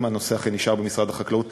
אם הנושא אכן נשאר במשרד החקלאות,